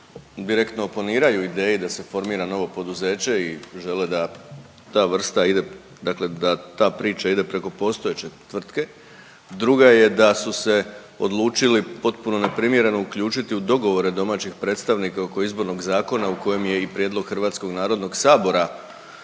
direktno oponiraju ideji da se formira novo poduzeće i žele da ta vrsta ide, dakle da ta priča ide preko postojeće tvrtke. Druga je da su se odlučili potpuno neprimjereno uključiti u dogovore domaćih predstavnika oko Izbornog zakona u kojem je i prijedlog Hrvatskog narodnog sabora